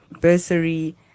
bursary